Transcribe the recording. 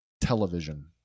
television